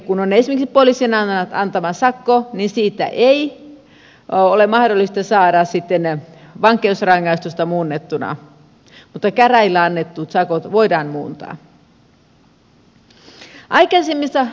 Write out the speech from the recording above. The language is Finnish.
elikkä kun on esimerkiksi poliisin antama sakko niin siitä ei ole mahdollista saada sitten vankeusrangaistusta muunnettuna mutta käräjillä annetut sakot voidaan muuntaa